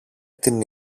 την